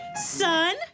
son